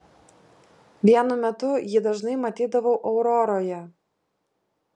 vienu metu jį dažnai matydavau auroroje